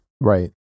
Right